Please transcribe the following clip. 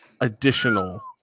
additional